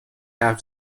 حرف